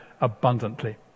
abundantly